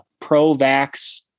pro-vax